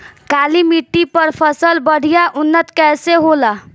काली मिट्टी पर फसल बढ़िया उन्नत कैसे होला?